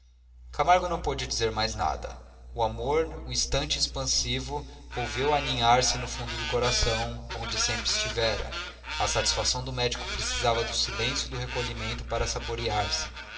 camargo não pôde dizer mais nada o amor um instante expansivo volveu a aninharse no fundo do coração onde sempre estivera a satisfação do médico precisava do silêncio e do recolhimento para saborear se